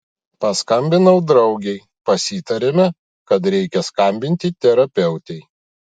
paskambinau draugei pasitarėme kad reikia skambinti terapeutei